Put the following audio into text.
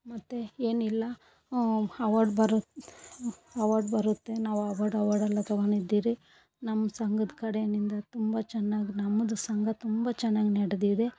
ಮತ್ತು ಏನಿಲ್ಲ ಹವಾರ್ಡ್ ಬರು ಅವಾರ್ಡ್ ಬರುತ್ತೆ ನಾವು ಅವಾರ್ಡ್ ಅವಾರ್ಡೆಲ್ಲ ತಗೊಂಡಿದ್ದಿರಿ ನಮ್ಮ ಸಂಘದ್ ಕಡೆಯಿಂದ ತುಂಬ ಚೆನ್ನಾಗ್ ನಮ್ಮದು ಸಂಘ ತುಂಬ ಚೆನ್ನಾಗ್ ನಡೆದಿದೆ